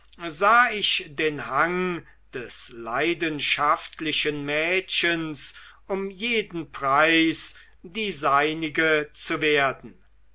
sah ich den hang des leidenschaftlichen mädchens um jeden preis die seinige zu werden